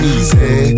easy